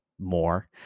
more